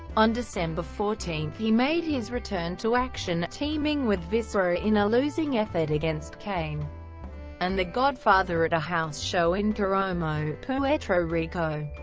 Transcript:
on december fourteen he made his return to action, teaming with viscera in a losing effort against kane and the godfather at a house show in caomo, puetro rico.